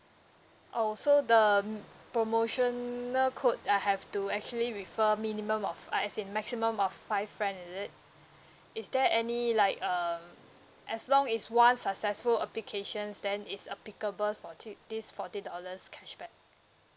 oh so the promotional code I have to actually refer minimum of uh as in maximum of five friend is it is there any like um as long it's one successful applications then it's applicable for this this forty dollars cashback